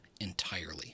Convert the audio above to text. entirely